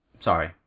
Sorry